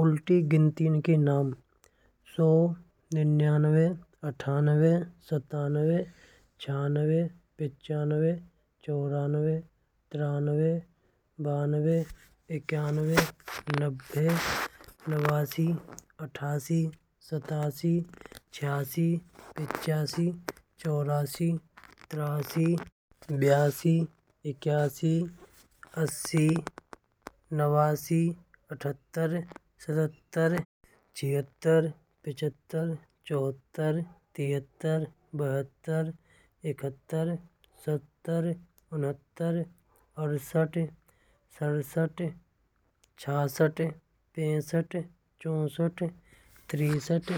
उल्टी गिनतियाँ के नाम अठानवे, सत्तानवे, छियानवे, पंचानवे, चौरानवे, तिरानवे, बानवे, इक्तानवे, नब्बे, नवासी, अठासी। सत्तासी, छियासी, पचासी, चौरासी, तिरासी, बहत्तर, इक्यासी, अस्सी, अठहत्तर, सत्तहत्तर, छिहत्तर, पचहत्तर, चौहत्तर, तिहत्तर, बहत्तर। इकहत्तर, सत्तर, उनहत्तर, अड़सठ, सड़सठ, पैंसठ, चौसठ, तिरसठ,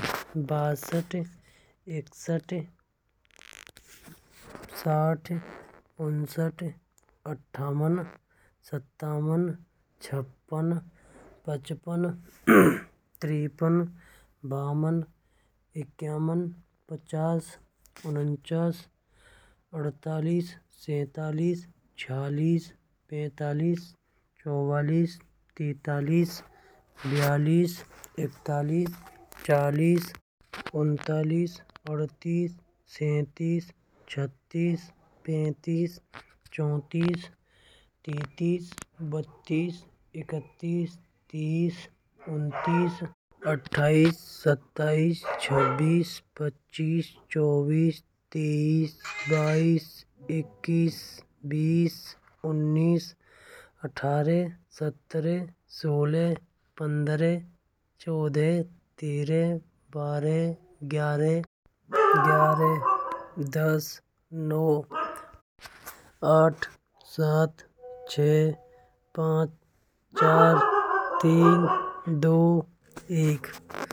बासठ, इकसठ, साठ, उनसठ, अट्ठावन, सत्तावन, छप्पन, पचपन, तिरपन, बावन। इक्यावन, पचास, उनचास, अड़तालीस, सैंतालीस, छियालिस, पैंतालीस, चौवालीस, तैंतालीस, बयालीस, इकतालीस, चालीस, उनतालीस, अड़तीस। सैंतीस, छत्तीस, पैंतीस, चौंतीस, तैंतीस, बत्तीस, इकत्तीस, तीस, उनतीस, अट्ठाइस, सत्ताइस, छब्बीस, पच्चीस, चौबीस, तेईस, बाईस, इकीस, बीस। उन्नीस, अठारह, सत्रह, सोलह, पंद्रह, चौदह, तेरह, बारह, ग्यारह, दस, नौ, आठ, सात, छह, पाँच, चार, तीन, दो, एक।